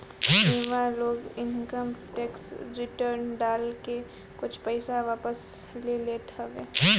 इहवा लोग income tax return डाल के कुछ पईसा वापस ले लेत हवे